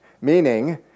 Meaning